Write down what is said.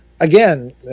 again